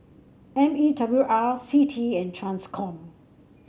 M E W R C T E and Transcom